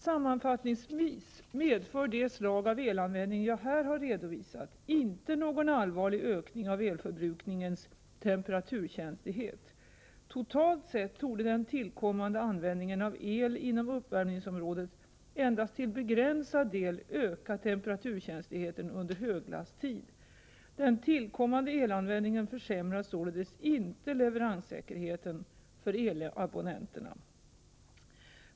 Sammanfattningsvis medför de slag av elanvändning jag här har redovisat inte någon allvarlig ökning av elförbrukningens temperaturkänslighet. Totalt sett torde den tillkommande användningen av el inom uppvärmningsområdet endast till begränsad del öka temperaturkänsligheten under höglasttid. Den tillkommande elanvändningen försämrar således inte leveranssäkerheten för elabonnenterna.